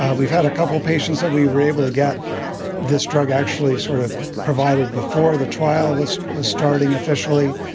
ah we've had a couple of patients that we were able to get this drug actually sort of provided before the trial was was starting officially.